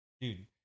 Dude